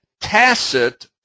tacit